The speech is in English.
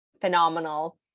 phenomenal